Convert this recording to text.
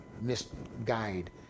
misguide